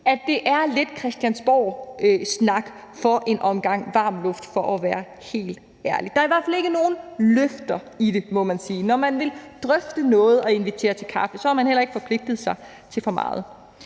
lidt er noget Christiansborgsnak og en omgang varm luft. Der er i hvert fald ikke nogen løfter i det, må man sige. Når man vil drøfte noget og inviterer til kaffe, har man heller ikke forpligtet sig til for meget.